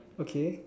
okay